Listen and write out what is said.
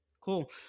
Cool